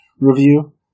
review –